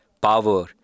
power